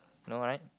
no right